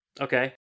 Okay